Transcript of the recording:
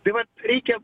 taip vat reikia